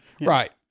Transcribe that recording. Right